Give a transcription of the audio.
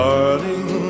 Darling